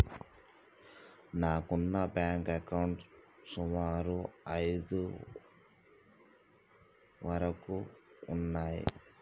నాకున్న బ్యేంకు అకౌంట్లు సుమారు ఐదు వరకు ఉన్నయ్యి